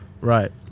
Right